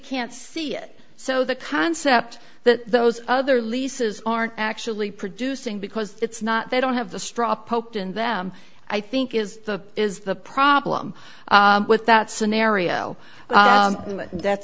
can't see it so the concept that those other leases aren't actually producing because it's not they don't have the straw poked in them i think is the is the problem with that scenario that's